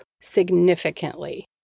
significantly